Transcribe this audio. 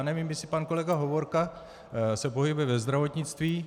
Nevím, jestli pan kolega Hovorka se pohybuje ve zdravotnictví.